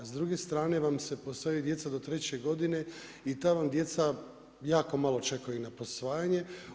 S druge strane vam se posvajaju djeca do 3. godine i ta vam djeca jako malo čekaju na posvajanje.